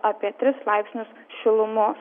apie tris laipsnius šilumos